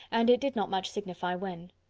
and it did not much signify when.